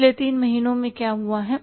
पिछले 3 महीनों में क्या हुआ है